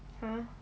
!huh!